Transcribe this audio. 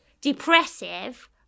depressive